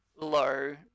low